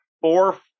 four